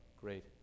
great